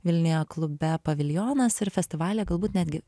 vilniuje klube paviljonas ir festivalyje galbūt netgi